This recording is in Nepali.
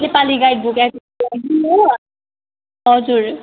नेपाली गाइड बुक हो हजुर